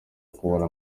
kubura